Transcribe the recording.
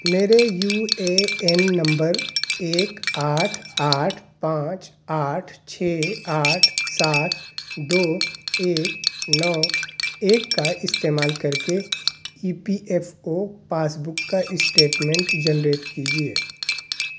میرے U A N number ایک آٹھ آٹھ پانچ آٹھ چھ آٹھ سات دو ایک نو ایک کا استعمال کر کے E P F O passbook کا اسٹیٹمنٹ جنریٹ کیجیے